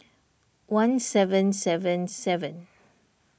one seven seven seven